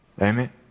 Amen